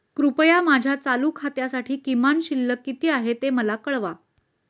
कृपया माझ्या चालू खात्यासाठी किमान शिल्लक किती आहे ते मला कळवा